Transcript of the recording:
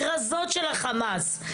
כרזות של החמאס,